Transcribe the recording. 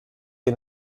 die